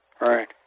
Right